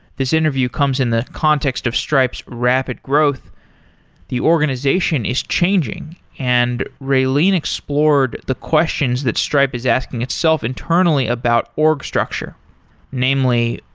this interview comes in the context of stripe's rapid growth the organization is changing and raylene explored the questions that stripe is asking itself internally about org structure namely,